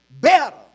better